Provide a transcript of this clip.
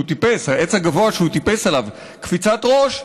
העץ הגבוה שהוא טיפס עליו, קפיצת ראש,